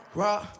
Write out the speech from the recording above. rock